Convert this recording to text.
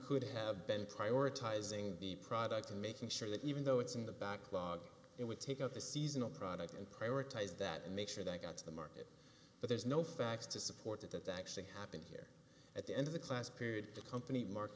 could have been prioritizing the product and making sure that even though it's in the backlog it would take up a seasonal product and prioritize that and make sure that got to the market but there's no facts to support that it actually happened here at the end of the class period the company marked